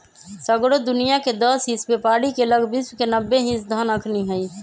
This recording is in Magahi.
सगरो दुनियाँके दस हिस बेपारी के लग विश्व के नब्बे हिस धन अखनि हई